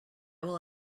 will